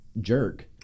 Jerk